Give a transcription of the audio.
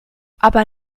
aber